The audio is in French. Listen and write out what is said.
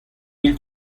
mille